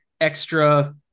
extra